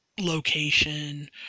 Location